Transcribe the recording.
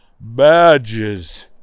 badges